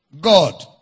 God